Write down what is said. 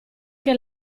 che